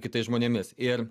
kitais žmonėmis ir